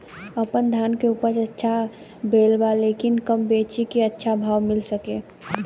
आपनधान के उपज अच्छा भेल बा लेकिन कब बेची कि अच्छा भाव मिल सके?